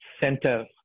center